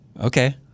Okay